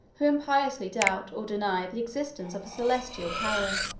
who impiously doubt, or deny, the existence of a celestial power.